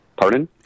Pardon